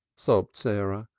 sobbed sarah.